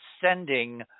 sending